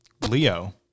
Leo